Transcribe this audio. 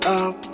up